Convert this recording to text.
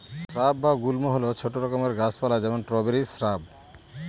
shrub বা গুল্ম হল ছোট রকম গাছ পালা যেমন স্ট্রবেরি শ্রাব